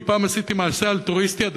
כי פעם עשיתי מעשה אלטרואיסטי,